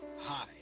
Hi